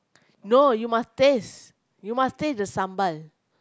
no you must taste you must taste the sambal